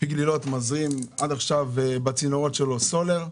שמזרים בצינורות שלו סולר.